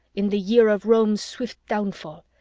in the year of rome's swift downfall,